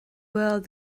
world